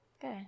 Good